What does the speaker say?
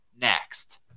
next